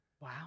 Wow